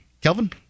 Kelvin